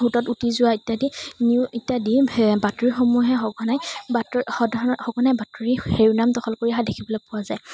সোঁতত উটি যোৱা ইত্যাদি নিউজ ইত্যাদি বাতৰিসমূহে সঘনাই বাতৰি সাধাৰণ সঘনাই বাতৰিৰ শিৰোনাম দখল কৰি অহা দেখিবলৈ পোৱা যায়